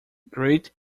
grit